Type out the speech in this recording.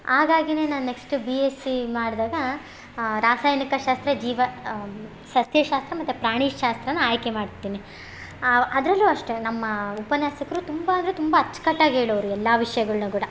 ಹಾಗಾಗಿನೆ ನಾನು next B S C ಮಾಡ್ದಾಗ ರಾಸಾಯನಿಕ ಶಾಸ್ತ್ರ ಜೀವ ಸಸ್ಯ ಶಾಸ್ತ್ರ ಮತ್ತೆ ಪ್ರಾಣಿ ಶಾಸ್ತ್ರನ ಆಯ್ಕೆ ಮಾಡ್ತೀನಿ ಆ ಅದರಲ್ಲು ಅಷ್ಟೆ ನಮ್ಮ ಉಪನ್ಯಾಸಕರು ತುಂಬ ಅಂದರೆ ತುಂಬ ಅಚ್ಕಟ್ಟಾಗಿ ಹೇಳೋರು ಎಲ್ಲ ವಿಷ್ಯಗಳನ್ನು ಕೂಡ